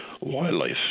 wildlife